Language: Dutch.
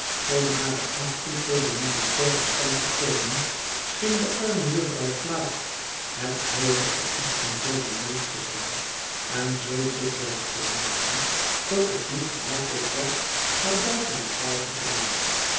om hare achting voor den militairen stand te toonen scheen de arme jufvrouw flite het noodig te achten zoo beleefd te zijn en zoo dikwijls te nijgen dat het niet gemakkelijk was haar buiten de zaal te brengen